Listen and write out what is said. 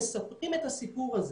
מספרים את הסיפור הזה.